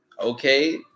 okay